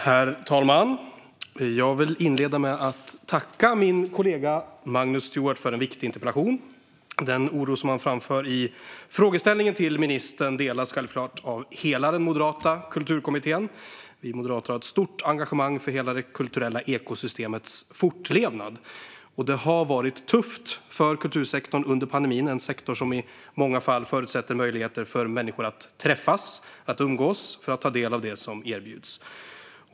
Herr talman! Jag vill inleda med att tacka min kollega Magnus Stuart för en viktig interpellation. Den oro som han framför i frågeställningen till ministern delas självklart av hela den moderata kulturkommittén. Vi moderater har ett stort engagemang för hela det kulturella ekosystemets fortlevnad. Och det har varit tufft under pandemin för kultursektorn, en sektor som i många fall förutsätter möjligheter för människor att träffas och umgås för att ta del av det erbjuds.